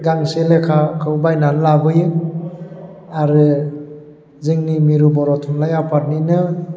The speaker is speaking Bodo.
गांसे लेखाखौ बायनानै लाबोयो आरो जोंनि मिरु बर' थुनलाइ आफादनिनो